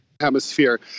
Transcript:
Hemisphere